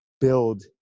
build